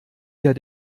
ihr